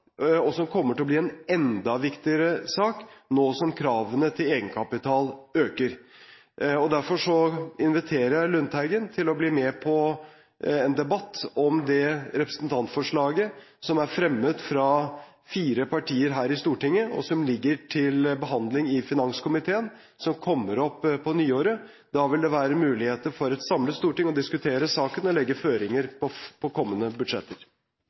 og som kommer til å bli en enda viktigere sak nå som kravene til egenkapital øker. Derfor inviterer jeg Lundteigen til å bli med i en debatt om det representantforslaget som er fremmet fra fire partier her i Stortinget, som ligger til behandling i finanskomiteen, og som kommer opp på nyåret. Da vil det være muligheter for et samlet storting å diskutere saken og legge føringer på kommende budsjetter.